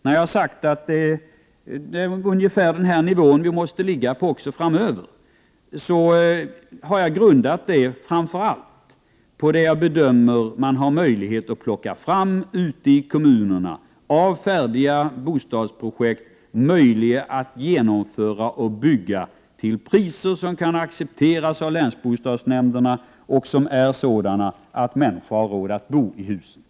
När jag har sagt att det är ungefär på denna nivå som bostadsbyggandet måste ligga framöver, har jag grundat detta framför allt på kommunernas möjligheter att få fram bostadsprojekt som är möjliga att genomföra till priser som kan accepteras av länsbostadsnämnderna och som människor Prot. 1988/89:109